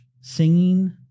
singing